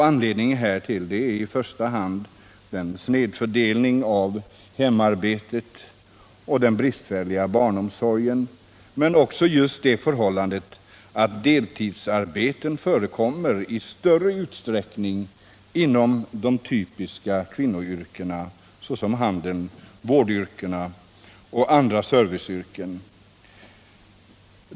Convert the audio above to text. Anledningen härtill är i första hand snedfördelningen av hemarbetet och den bristfälliga barnomsorgen, men också det förhållandet att deltidsarbeten förekommer i större utsräckning inom de typiska kvinnoyrkena, såsom inom handel, vårdyrken och andra serviceyrken.